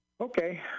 Okay